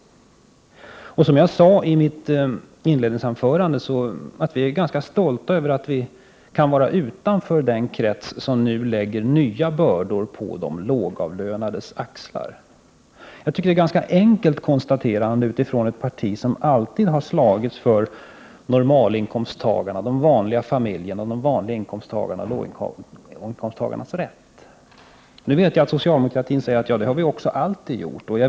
Som jag sade i mitt inledningsanförande är vi ganska stolta över att vi kan stå utanför den krets som nu lägger nya bördor på de lågavlönades axlar. Jag tycker att det är ett ganska enkelt konstaterande för ett parti som alltid slagits för normalinkomsttagarnas, låginkomsttagarnas och de vanliga familjernas rätt. Nu vet jag att man inom socialdemokratin säger: Det har vi också alltid gjort.